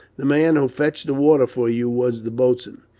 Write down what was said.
the man who fetched the water for you was the boatswain.